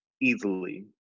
Easily